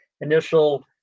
initial